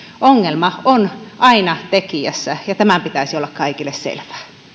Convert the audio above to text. ongelma on aina tekijässä ja tämän pitäisi olla kaikille selvää